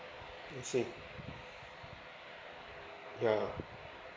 I see yeah